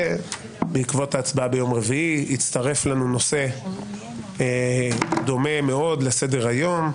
ובעקבות ההצבעה ביום רביעי הצטרף לנו נושא דומה מאוד לסדר היום,